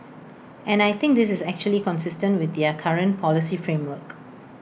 and I think this is actually consistent with their current policy framework